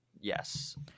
yes